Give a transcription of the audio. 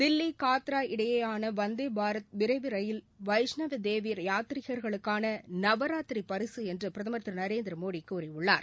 தில்லி காத்ரா இடையோள வந்தே பாரத் விரைவு ரயில் வைஷ்ணவ்தேவி யாத்திரிகர்களுக்கான நவராத்திரி பரிசு என்று பிரதமர் திரு நரேந்திர மோடி கூறியுள்ளார்